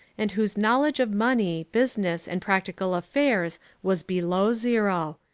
and whose knowledge of money, business, and practical affairs was below zero.